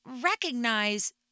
recognize